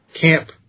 camp